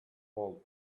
hall